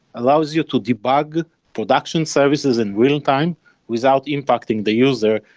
allows you to debug production services in real-time without impacting the user,